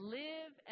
live